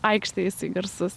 aikštėj jisai garsus